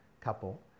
couple